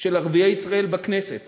של ערביי ישראל בכנסת